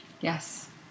Yes